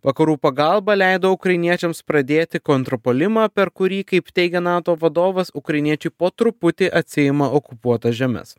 vakarų pagalba leido ukrainiečiams pradėti kontrpuolimą per kurį kaip teigia nato vadovas ukrainiečiai po truputį atsiima okupuotas žemes